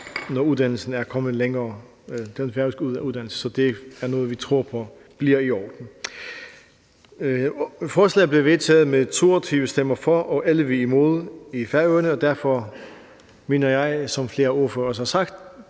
uddannelse er kommet længere. Så det er noget, vi tror på går i orden. Forslaget blev vedtaget med 22 stemmer for og 11 imod i Færøerne, og derfor mener jeg, som flere ordførere også har sagt,